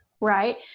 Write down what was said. Right